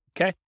Okay